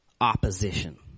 opposition